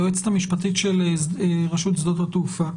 ליועצת המשפטית של רשות שדות התעופה,